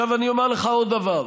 עכשיו אני אומר לך עוד דבר: